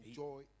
joy